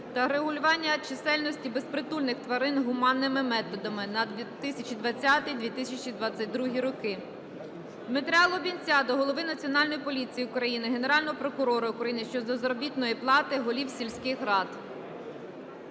та регулювання чисельності безпритульних тварин гуманними методами на 2020-2022 роки. Дмитра Лубінця до голови Національної поліції України, Генерального прокурора України щодо заробітної плати голів сільських рад.